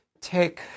take